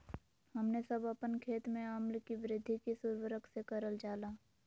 हमने सब अपन खेत में अम्ल कि वृद्धि किस उर्वरक से करलजाला?